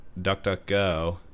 DuckDuckGo